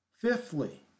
Fifthly